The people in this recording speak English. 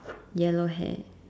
yellow hair